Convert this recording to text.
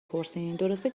پرسین؟ درسته